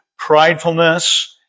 pridefulness